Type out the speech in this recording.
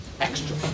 extra